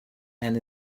and